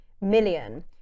million